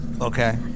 Okay